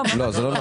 זה לא נכון.